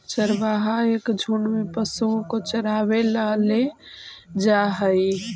चरवाहा एक झुंड में पशुओं को चरावे ला ले जा हई